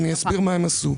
אני אסביר מה הם עשו.